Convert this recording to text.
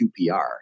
QPR